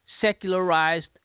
secularized